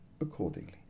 accordingly